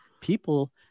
people